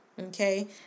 Okay